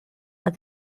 are